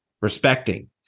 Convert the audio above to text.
respecting